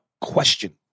question